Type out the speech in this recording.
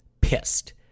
pissed